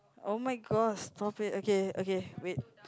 oh-my-gosh stop it okay okay wait